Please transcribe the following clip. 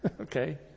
okay